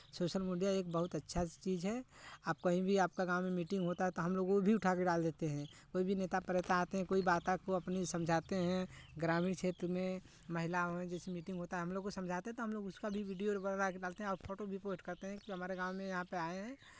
social media एक बहुत अच्छा चीज़ है आप कहीं भी आपका गांव है मीटिंग होता है तो हम लोग वो भी उठा के डाल देते हैं कोई भी नेता प्रेता आते हैं कोई बात को अपनी समझाते हैं ग्रामीण क्षेत्र में महिला हों जैसे मीटिंग होता है हम लोग को समझाते हैं तो हम लोग उसका भी वीडियो बनवा के डालते हैं और फोटो भी पोस्ट करते हैं कि हमारे गाँव में यहाँ पे आए हैं